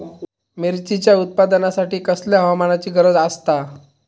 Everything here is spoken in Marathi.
मिरचीच्या उत्पादनासाठी कसल्या हवामानाची गरज आसता?